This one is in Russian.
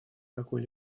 какой